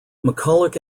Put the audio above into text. mcculloch